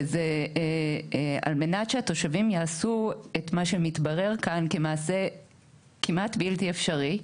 וזה על מנת שהתושבים יעשו את מה שמתברר כאן כמעשה כמעט בלתי אפשרי.